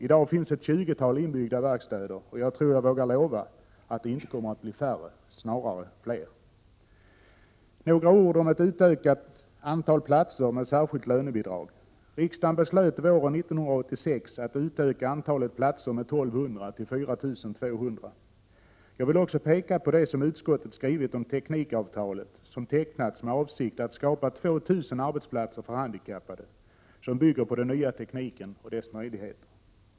I dag finns ett tjugotal inbyggda verkstäder, och jag tror att jag vågar lova att det inte kommer att bli färre, snarare fler. Några ord om ett utökat antal platser med särskilt lönebidrag. Riksdagen beslöt våren 1986 att utöka antalet platser med 1 200 till 4 200. Jag vill också peka på det som utskottet skrivit om teknikavtalet, som tecknats med avsikt att för handikappade skapa 2 000 arbetsplatser som bygger på den nya tekniken och dess möjligheter.